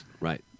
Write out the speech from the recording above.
Right